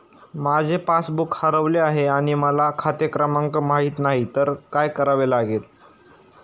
माझे पासबूक हरवले आहे आणि मला खाते क्रमांक माहित नाही तर काय करावे लागेल?